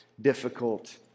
difficult